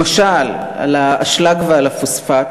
למשל על האשלג ועל הפוספט,